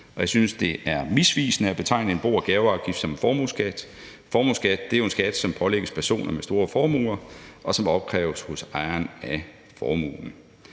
Jeg synes, det er misvisende at betegne en bo- og gaveafgift som en formueskat. Formueskat er jo en skat, som pålægges personer med store formuer, og som opkræves hos ejeren af formuen.